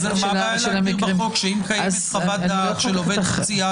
אז מה הבעיה להגדיר בחוק שאם קיימת חוות-דעת של עובד סוציאלי